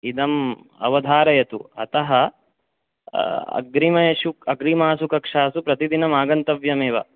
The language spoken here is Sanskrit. इदम् अवधारयतु अतः अग्रिमेषु अग्रिमासु कक्षासु प्रतिदिनमागन्तव्यमेव